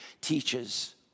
teaches